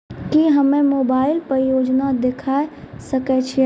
की हम्मे मोबाइल पर योजना देखय सकय छियै?